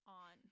on